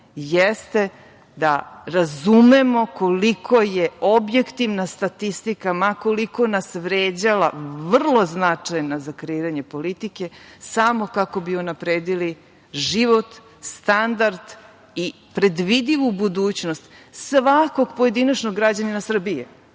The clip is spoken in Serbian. jeste da razumemo koliko je objektivna statistika, ma koliko nas vređala, vrlo značajna za kreiranje politike, samo kako bi unapredili život, standard i predvidivu budućnost, svakog pojedinačnog građanina Srbije,